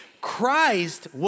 Christ